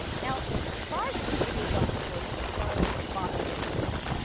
now, as far as the people who had gone before them, as far as the fathers are concerned,